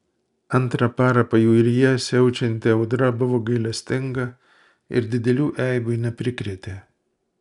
antrą parą pajūryje siaučianti audra buvo gailestinga ir didelių eibių neprikrėtė